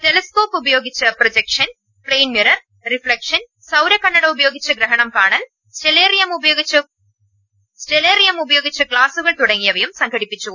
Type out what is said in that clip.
telescope ഉപയോഗിച്ച് projection plane mirror reflection സൌരകണ്ണട ഉപയോഗിച്ച് ഗ്രഹണം കാണൽ സ്റ്റെല്ലേറിയം ഉപയോഗിച്ച് ക്ലാസുകൾ തുടങ്ങിയവും സംഘടിപ്പിച്ചു